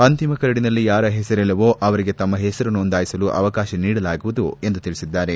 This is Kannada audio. ಅಂತಿಮ ಕರಡಿನಲ್ಲಿ ಯಾರ ಹೆಸರಿಲ್ಲವೊ ಅವರಿಗೆ ತಮ್ನ ಹೆಸರು ನೊಂದಾಯಿಸಲು ಅವಕಾಶ ನೀಡಲಾಗುವುದು ಎಂದು ತಿಳಿಸಿದ್ದಾರೆ